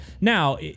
now